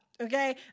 Okay